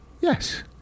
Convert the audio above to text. Yes